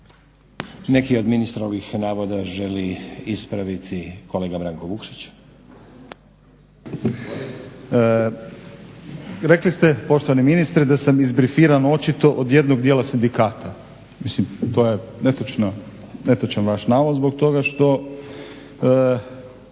Branko (Hrvatski laburisti - Stranka rada)** Rekli ste poštovani ministre da sam izbrifiran očito od jednog dijela sindikata. To je netočan vaš navod zbog toga što